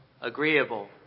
agreeable